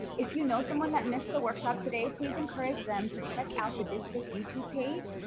if you know someone that missed the workshop today, please encourage them to check out the district youtube page.